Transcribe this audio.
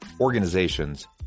organizations